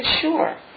Sure